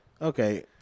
Okay